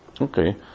Okay